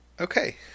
Okay